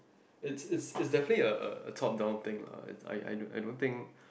it's it's it's definitely a a top down thing I I I don't think